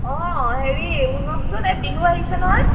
অঁ হেৰি শুনকচোন এ বিহু আহিছে নহয়